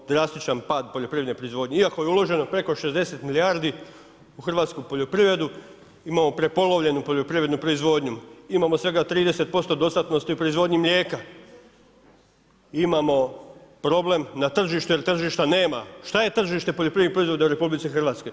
Imamo drastičan pad poljoprivredne proizvodnje, iako je uloženo preko 60 milijardi u hrvatsku poljoprivredu, imamo prepolovljenu poljoprivrednu proizvodnju, imamo svega 30% dostatnosti u proizvodnji mlijeka, imamo problem na tržištu jer tržišta nema, šta je tržište poljoprivrednih proizvoda u RH?